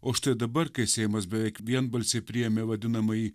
o štai dabar kai seimas beveik vienbalsiai priėmė vadinamąjį